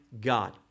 God